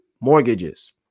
mortgages